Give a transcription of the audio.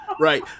Right